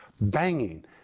banging